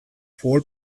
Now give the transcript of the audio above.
futbol